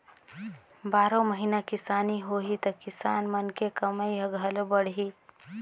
बारो महिना किसानी होही त किसान मन के कमई ह घलो बड़ही